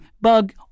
bug